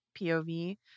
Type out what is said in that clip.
pov